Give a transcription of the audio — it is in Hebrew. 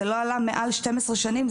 זה לא עלה מעל 12 שנים.